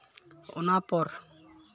ᱚᱱᱟ ᱯᱚᱨ